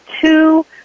two